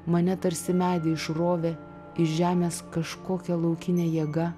mane tarsi medį išrovė iš žemės kažkokia laukinė jėga